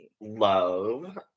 Love